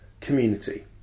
community